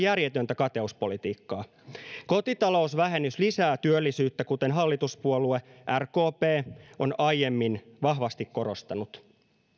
järjetöntä kateuspolitiikkaa kotitalousvähennys lisää työllisyyttä kuten hallituspuolue rkp on aiemmin vahvasti korostanut